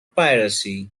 piracy